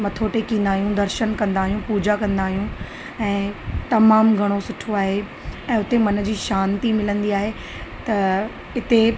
मथो टेकींदा आहियूं दर्शन कंदा आहियूं पूॼा कंदा आहियूं ऐं तमामु घणो सुठो आहे ऐं उते मन जी शांति मिलंदी आहे त इते